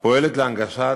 פועלת להנגשת